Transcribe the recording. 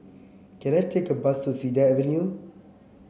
can I take a bus to Cedar Avenue